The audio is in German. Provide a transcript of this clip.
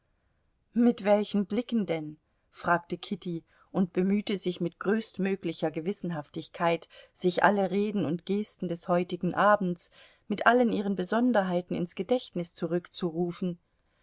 mit welchen blicken denn fragte kitty und bemühte sich mit größtmöglicher gewissenhaftigkeit sich alle reden und gesten des heutigen abends mit allen ihren besonderheiten ins gedächtnis zurückzurufen